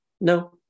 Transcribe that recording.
No